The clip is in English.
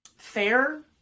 fair